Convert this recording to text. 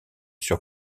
sur